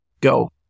go